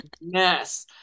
yes